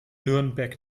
nürnberg